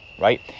right